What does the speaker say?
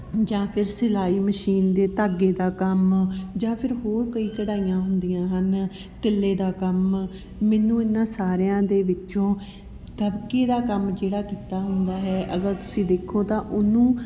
ਜਾਂ ਫਿਰ ਸਿਲਾਈ ਮਸ਼ੀਨ ਦੇ ਧਾਗੇ ਦਾ ਕੰਮ ਜਾਂ ਫਿਰ ਹੋਰ ਕਈ ਕਢਾਈਆਂ ਹੁੰਦੀਆਂ ਹਨ ਤਿੱਲੇ ਦਾ ਕੰਮ ਮੈਨੂੰ ਇਹਨਾਂ ਸਾਰਿਆਂ ਦੇ ਵਿੱਚੋਂ ਦਬਕੇ ਦਾ ਕੰਮ ਜਿਹੜਾ ਕੀਤਾ ਹੁੰਦਾ ਹੈ ਅਗਰ ਤੁਸੀਂ ਦੇਖੋ ਤਾਂ ਓਹਨੂੰ